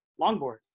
longboard